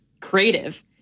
creative